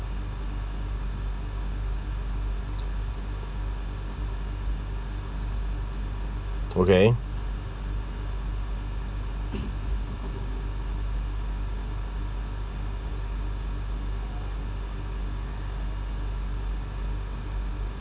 okay